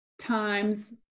times